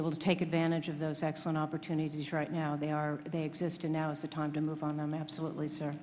able to take advantage of those excellent opportunities right now they are they exist and now is the time to move on them absolutely sir